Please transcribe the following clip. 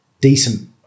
decent